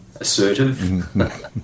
assertive